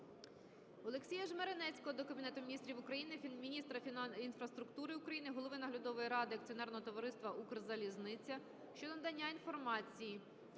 Олексія Жмеренецького до Кабінету Міністрів України, міністра інфраструктури України, голови Наглядової ради акціонерного товариства "Укрзалізниця" щодо надання інформації.